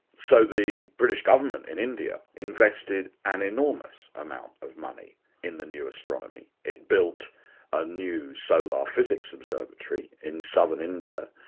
so the british government in india invested an enormous amount of money in the new astronomy. it built a new solar physics observatory in southern india,